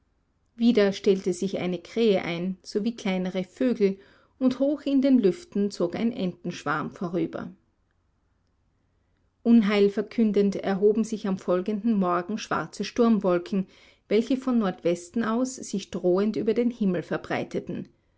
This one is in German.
wieder stellten sich eine krähe ein sowie kleinere vögel und hoch in den lüften zog ein entenschwarm vorüber unheilverkündend erhoben sich am folgenden morgen schwarze sturmwolken welche von nordwesten aus sich drohend über den himmel verbreiteten